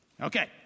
Okay